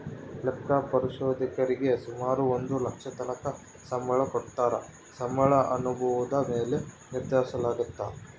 ಲೆಕ್ಕ ಪರಿಶೋಧಕರೀಗೆ ಸುಮಾರು ಒಂದು ಲಕ್ಷದತಕನ ಸಂಬಳ ಕೊಡತ್ತಾರ, ಸಂಬಳ ಅನುಭವುದ ಮ್ಯಾಲೆ ನಿರ್ಧರಿಸಲಾಗ್ತತೆ